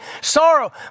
sorrow